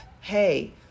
Hey